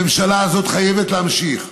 הממשלה הזאת חייבת להמשיך,